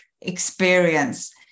experience